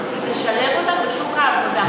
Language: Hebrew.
היא תשלב אותם בשוק העבודה.